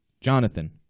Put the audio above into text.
Jonathan